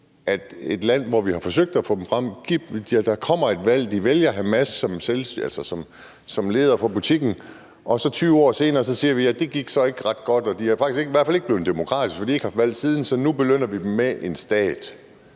i et land, hvor vi har forsøgt at få dem frem, og hvor de, når der kommer et valg, vælger Hamas som leder af butikken, altså at vi så 20 år senere skal sige: Det gik så ikke ret godt, og de er i hvert fald ikke blevet demokratiske, for de har ikke haft valg siden, så nu belønner vi dem med en stat?